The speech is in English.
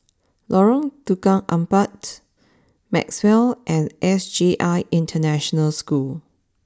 Lorong Tukang Empat Maxwell and S J I International School